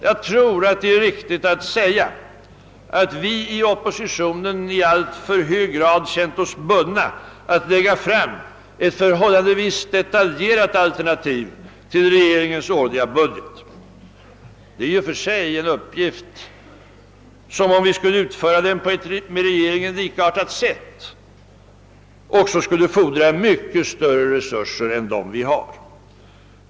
Jag tror att det är riktigt att säga att vi inom oppositionen i alltför hög grad har känt oss bundna att lägga fram ett förhållandevis detaljerat alternativ till regeringens årliga budget. Det är i och för sig en uppgift som, om vi skulle fullgöra den på samma sätt som regeringen, skulle fordra mycket större resurser än de vi har.